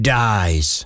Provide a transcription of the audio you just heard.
dies